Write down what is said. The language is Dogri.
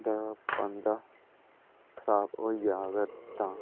चलो भाई बंदा पांदा खराब होई जा ते तां